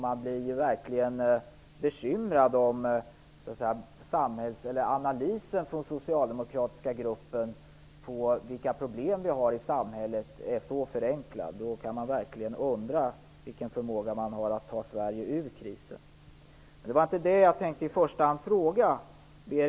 Man blir ju verkligen bekymrad om den socialdemokratiska gruppens analys av problemen i samhället är så förenklad. Då kan man verkligen undra vilken förmåga de har att ta Sverige ur krisen. Det var dock inte det som jag i första hand tänkte fråga om.